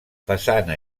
façana